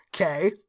Okay